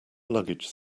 luggage